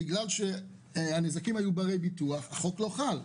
מכיוון שהניזוקים היו ברי ביטוח אז החוק לא חל.